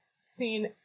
seen